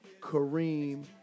Kareem